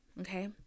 okay